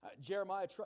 Jeremiah